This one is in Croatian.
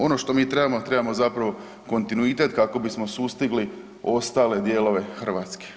Ono što mi trebamo, trebamo zapravo kontinuitet kako bismo sustigli ostale dijelove Hrvatske.